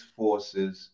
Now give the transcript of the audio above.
forces